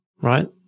right